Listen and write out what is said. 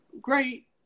great